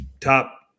top